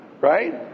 right